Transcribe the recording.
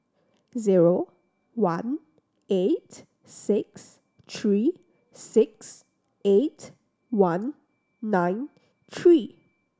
zero one eight six three six eight one nine three